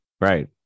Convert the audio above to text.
Right